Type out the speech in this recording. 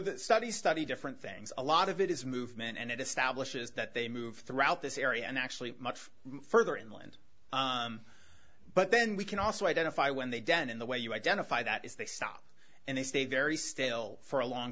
that study study different things a lot of it is movement and it establishes that they move throughout this area and actually much further inland but then we can also identify when they've done in the way you identify that is they stop and they stay very still for a long